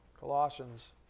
Colossians